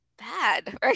bad